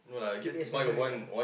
keep it as memories ah